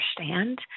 understand